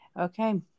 Okay